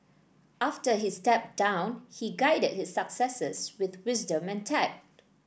after he stepped down he guided his successors with wisdom and tact